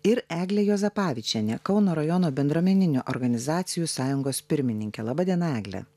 ir eglė juozapavičienė kauno rajono bendruomeninių organizacijų sąjungos pirmininkė laba diena egle